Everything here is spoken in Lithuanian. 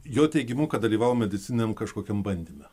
jo teigimu kad dalyvavo medicininiam kažkokiam bandyme